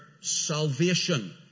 salvation